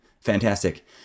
Fantastic